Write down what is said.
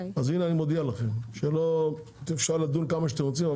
הנה אני מודיע לכם שלא --- אפשר לדון כמה שאתם רוצים,